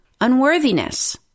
unworthiness